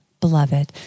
beloved